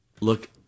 Look